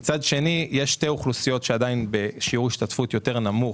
אבל מצד שני יש שתי אוכלוסיות שעדיין הן בשיעור השתתפות יותר נמוך